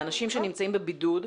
באנשים שנמצאים בבידוד,